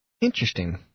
interesting